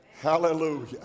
Hallelujah